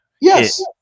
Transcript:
Yes